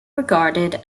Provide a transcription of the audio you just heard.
regarded